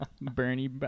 Bernie